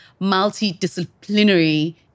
multidisciplinary